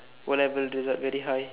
O-level result very high